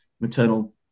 maternal